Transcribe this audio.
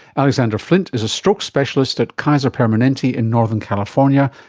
alexander flint is a stroke specialist at kaiser permanente in northern california,